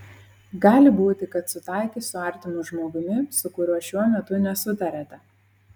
gali būti kad sutaikys su artimu žmogumi su kuriuo šiuo metu nesutariate